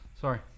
sorry